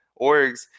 orgs